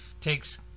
takes